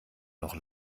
noch